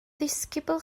ddisgybl